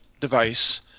device